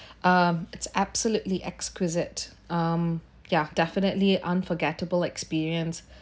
um it's absolutely exquisite um yeah definitely unforgettable experience